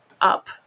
up